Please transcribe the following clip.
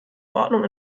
verordnung